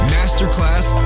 Masterclass